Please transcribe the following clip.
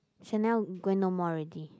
Chanel going no more already